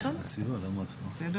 אין